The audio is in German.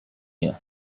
mir